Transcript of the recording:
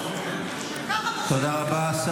תודה רבה.